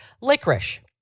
Licorice